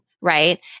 right